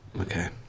Okay